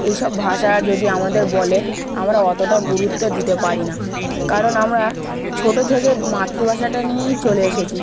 এইসব ভাষা যদি আমাদের বলে আমরা অতটা গুরুত্ব দিতে পারি না কারণ আমরা ছোটো থেকে মাতৃভাষাটা নিয়েই চলে এসেছি